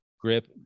grip